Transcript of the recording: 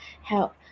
help